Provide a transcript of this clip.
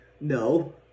no